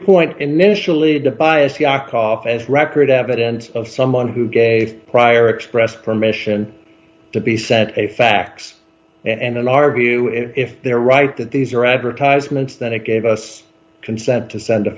point initially the bias yakov as record evidence of someone who gave prior express permission to be sent a fax and in our view if they're right that these are advertisements that it gave us consent to send a